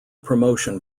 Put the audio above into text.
promotion